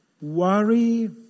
Worry